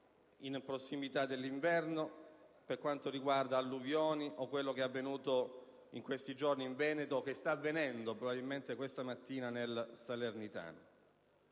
in prossimità dell'inverno; mi riferisco alle alluvioni, a quello che è avvenuto in questi giorni in Veneto e che sta avvenendo, probabilmente questa mattina, nel Salernitano.